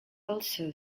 also